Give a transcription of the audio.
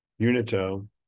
Unito